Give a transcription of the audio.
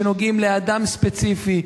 שנוגעים לאדם ספציפי?